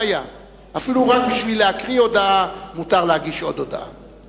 אפילו רק בשביל להקריא הודעה מותר להגיש עוד הודעה.